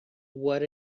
what